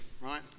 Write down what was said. right